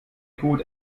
gut